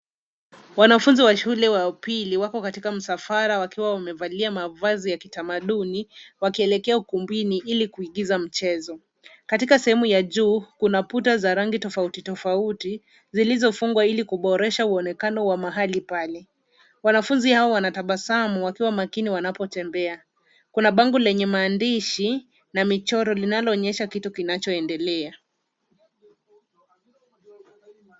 Wanafunzi wa shule ya upili wako katika msafara wakiwa wamevaa mavazi ya kitamaduni wakielekea ukumbini ili kuigiza mchezo. Katika sehemu ya juu kuna kuta za rangi tofauti tofauti zilizofungwa ili kuboresha uonekano wa mahali pale. Wanafunzi hao wanatabasamu wakiwa makini wanapotembea. Kuna bango lenye maandishi na michoro linaloonyesha kitu kinachoendelea.